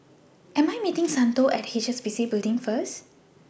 I Am meeting Santo At HSBC Building First